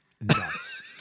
nuts